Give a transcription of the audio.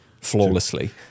flawlessly